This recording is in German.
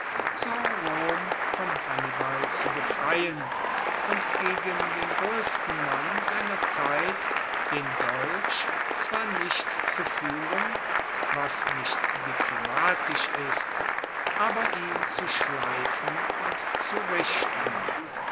rom von hannibal zu befreien und gegen den groessten mann seiner zeit den dolch zwar nicht zu fuehren was nicht diplomatisch ist aber ihn zu schleifen und zu richten